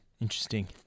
Interesting